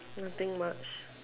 nothing much